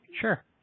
sure